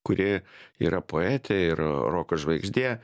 kuri yra poetė ir roko žvaigždė